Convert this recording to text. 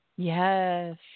Yes